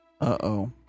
Uh-oh